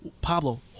Pablo